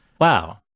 wow